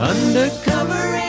Undercover